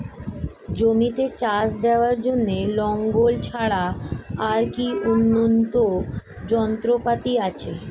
জমিতে চাষ দেওয়ার জন্য লাঙ্গল ছাড়া আর কি উন্নত যন্ত্রপাতি আছে?